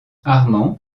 armand